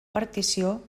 partició